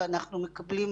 אנחנו מקבלים,